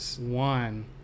one